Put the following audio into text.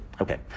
Okay